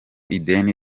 ideni